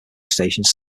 stations